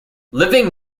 living